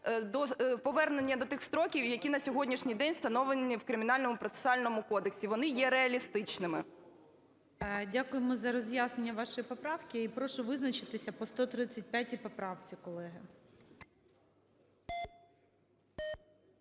повернення до тих строків, які на сьогоднішній день встановлені в Кримінальному процесуальному кодексі, вони є реалістичними. ГОЛОВУЮЧИЙ. Дякуємо за роз'яснення вашої поправки. І прошу визначитися по 135 поправці, колеги.